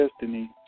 destiny